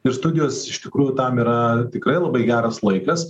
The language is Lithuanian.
ir studijos iš tikrųjų tam yra tikrai labai geras laikas